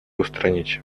устранить